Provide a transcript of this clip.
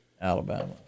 Alabama